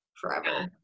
forever